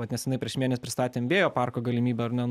vat nesenai prieš mėne pristatėm vėjo parko galimybę ar ne